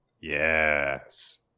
Yes